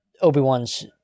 Obi-Wan's